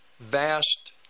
Vast